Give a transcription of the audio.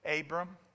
Abram